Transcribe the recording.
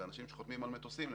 זה אנשים שחותמים על מטוסים,